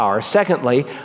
Secondly